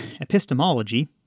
epistemology